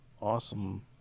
awesome